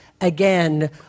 again